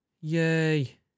Yay